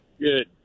good